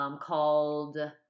called